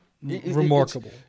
Remarkable